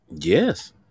yes